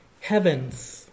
heavens